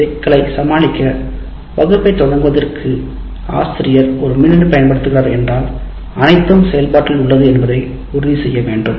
இந்த சிக்கலை சமாளிக்க வகுப்பைத் தொடங்குவதற்கு ஆசிரியர் ஒரு மின்னணு பயன்படுத்துகிறார் என்றால் அனைத்தும் செயல்பாட்டில் உள்ளது என்பதை உறுதி செய்ய வேண்டும்